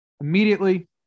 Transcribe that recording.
immediately